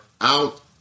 out